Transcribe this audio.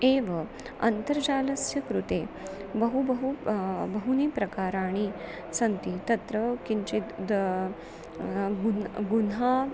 एव अन्तर्जालस्य कृते बहु बहु बहूनि प्रकाराणि सन्ति तत्र किञ्चित् द् गुणः गुणः